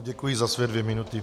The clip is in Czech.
Děkuji za své dvě minuty.